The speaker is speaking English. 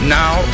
now